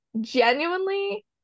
genuinely